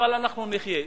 אבל אנחנו נחיה.